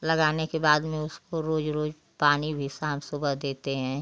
लगाने के बाद में उसको रोज रोज पानी भी शाम सुबह देते हैं